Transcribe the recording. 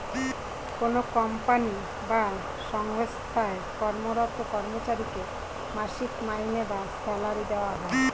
কোনো কোম্পানি বা সঙ্গস্থায় কর্মরত কর্মচারীকে মাসিক মাইনে বা স্যালারি দেওয়া হয়